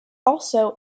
also